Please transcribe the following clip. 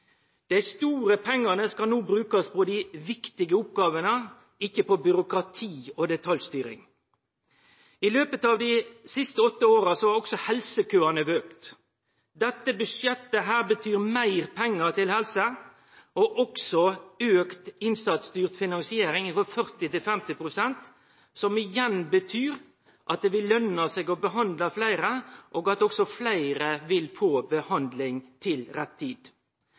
Dei store pengane skal no brukast på dei viktige oppgåvene, ikkje på byråkrati og detaljstyring. I løpet av dei siste åtte åra har også helsekøane auka. Dette budsjettet betyr meir pengar til helse og også auka innsatsstyrt finansiering – frå 40 til 50 pst. – som igjen betyr at det vil løne seg å behandle fleire, og at også fleire vil få behandling til rett tid.